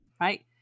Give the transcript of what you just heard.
right